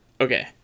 okay